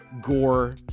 gore